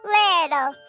little